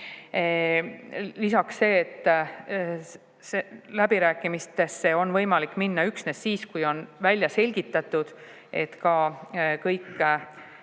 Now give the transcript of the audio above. Lisaks see, et läbirääkimistesse on võimalik minna üksnes siis, kui on välja selgitatud, et ka